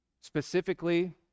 Specifically